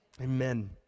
Amen